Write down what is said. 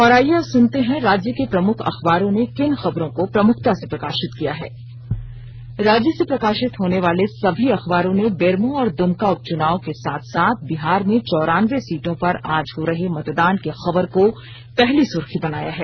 और आईये अब सुनते हैं राज्य के प्रमुख अखबारों ने किन खबरों को प्रमुखता से प्रकाशित किया है राज्य से प्रकाशित होने वाले सभी अखबारों ने बेरमो और दुमका उपचुनाव के साथ साथ बिहार में चौरानबे सीटों पर आज हो रहे मतदान की खबर को पहली सुर्खी बनाया है